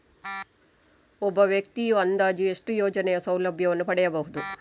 ಒಬ್ಬ ವ್ಯಕ್ತಿಯು ಅಂದಾಜು ಎಷ್ಟು ಯೋಜನೆಯ ಸೌಲಭ್ಯವನ್ನು ಪಡೆಯಬಹುದು?